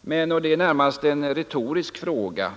Men — och det är närmast en retorisk fråga